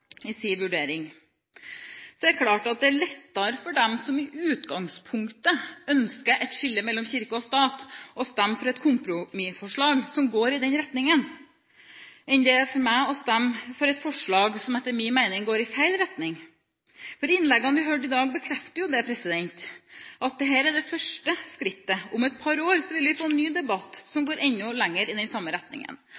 i sin vurdering. Så er det klart at det er lettere for dem som i utgangspunktet ønsker et skille mellom kirke og stat, å stemme for et kompromissforslag som går i den retningen, enn det er for meg å stemme for et forslag som etter min mening går i feil retning. Innleggene vi har hørt i dag, bekrefter at dette er det første skrittet. Om et par år vil vi få en ny debatt som